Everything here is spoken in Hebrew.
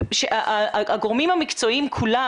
שהגורמים המקצועיים כולם,